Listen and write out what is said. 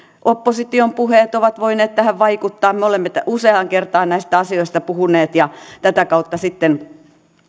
opposition puheet ovat voineet tähän vaikuttaa me olemme useaan kertaan näistä asioista puhuneet ja tätä kautta sitten